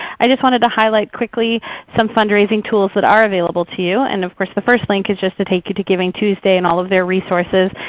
i just wanted to highlight quickly some fundraising tools that are available to you, and of course the first link is just to take you to givingtuesday and all of their resources.